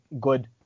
good